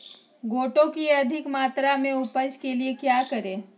गोटो की अधिक मात्रा में उपज के लिए क्या करें?